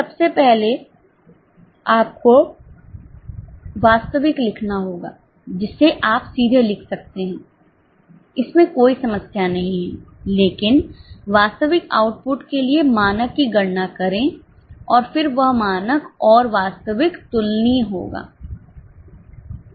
सबसे पहले आपको वास्तविक लिखना होगा जिसे आप सीधे लिख सकते हैं इसमें कोई समस्या नहीं है लेकिन वास्तविक आउटपुट के लिए मानक की गणना करें और फिर वह मानक और वास्तविक तुलनीय होगा